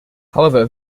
however